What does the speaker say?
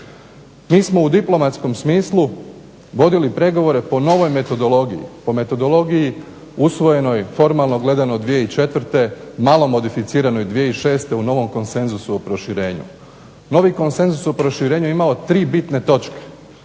Mi smo u diplomatskom smislu vodili pregovore po novoj metodologiji, po metodologiji usvojenoj formalno gledano 2004., malo modificiranoj 2006. u novom Konsenzusu o proširenju. Novi Konsenzus o proširenju je imao tri bitne točke.